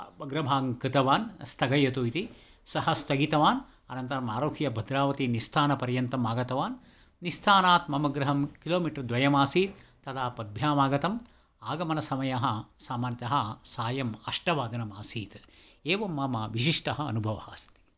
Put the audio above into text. अग्रभान् कृतवान् स्थगयतु इति सः स्तगितवान् अनन्तरम् आरोहेय भद्रावतिनिस्स्थानपर्यन्तम् आगवान् निस्स्थनात् मम गृहं किलोमीटर् द्वयमासीत् तदा पद्भ्यामागतम् आगमनसमयः समान्यतः सायं अष्टवादनमासीत् एवं मम विशिष्टः अनुभवः अस्ति